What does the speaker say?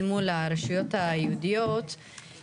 אל מול הרשויות היהודיות.